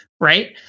right